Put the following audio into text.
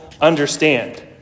Understand